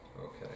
Okay